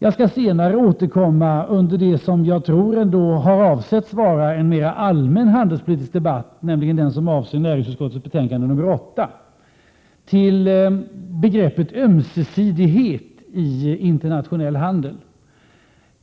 Jag skall senare, i det som jag tror har avsetts vara en mer allmän handelspolitisk debatt, nämligen den som avser näringsutskottets betänkande nr 28, återkomma till begreppet ömsesidighet i internationell handel.